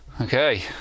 Okay